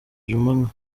juma